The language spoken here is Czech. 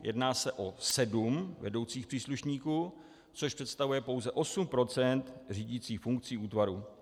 Jedná se o sedm vedoucích příslušníků, což představuje pouze osm procent řídicích funkcí útvaru.